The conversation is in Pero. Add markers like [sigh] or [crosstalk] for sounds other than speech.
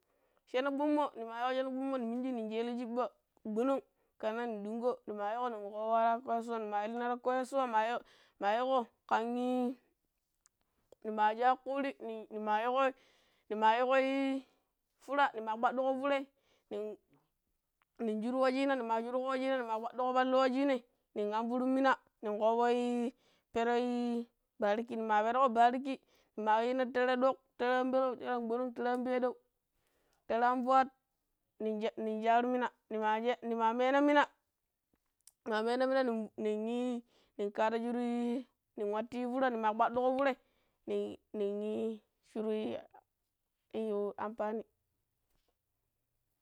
Shene kpummo̱, ne maa yiiƙo shene kpummo̱ ne miniji ne sheelo̱ chiɓɓa gba̱no̱ng ƙanan nen ɗungƙo maa yiiƙo nen kovo aara kasuwa, ne maa illina ta koyeswa maa [hesitation] ƙan i [hesitation] ni ma shaaƙo ƙuuri ne maa yiiƙo ne yiikoi-i fura ne maa kpaɗɗuƙo furai nen nenshuiro̱ wuciina, ne maa shuro̱ wuciinai ne maa kpaɗɗuuƙo pallu wuciinai na̱n amvurum mina, nen ko̱o̱vo̱ pero̱ bariki, nen maa perƙo barikii ne maa yina tere ɗoƙ, tere an pelen, tere an gbo̱no̱ng tere an peƙou tere an fuat [hesitation] nen shaaaru mina [hesitation] nen sha, ne maa meena mina ne maa meena mina [hesitation] nan karo shuru i nen wattu yu fura ne ma a kpaɗɗuƙo furai ni ii nei shuru i amfani.